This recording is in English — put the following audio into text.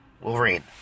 Wolverine